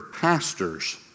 pastors